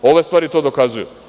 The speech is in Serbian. Ove stvari to dokazuju.